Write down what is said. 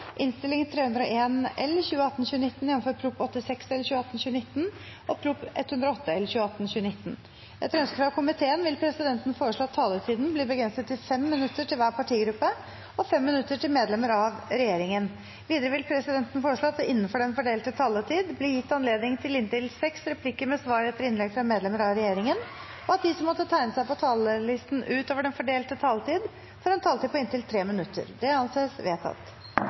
minutter til medlemmer av regjeringen. Videre vil presidenten foreslå at det – innenfor den fordelte taletid – blir gitt anledning til inntil seks replikker med svar etter innlegg fra medlemmer av regjeringen, og at de som måtte tegne seg på talerlisten utover den fordelte taletid, får en taletid på inntil 3 minutter. – Det anses vedtatt.